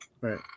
Right